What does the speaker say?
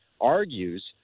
argues